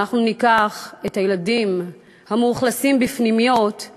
אם ניקח את הילדים המאכלסים פנימיות